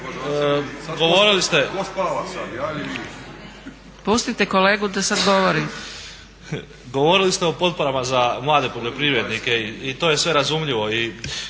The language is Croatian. govorili ste o potporama za mlade poljoprivrednike i to je sve razumljivo